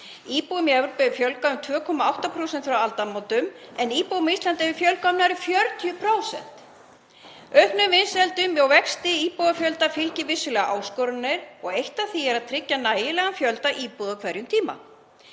Íbúum í Evrópu hefur fjölgað um 2,8% frá aldamótum en íbúum á Íslandi hefur fjölgað um nær 40%. Auknum vinsældum og vexti íbúafjölda fylgja vissulega áskoranir og eitt af því er að tryggja nægilegan fjölda íbúða á hverjum tíma.